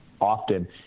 often